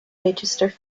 register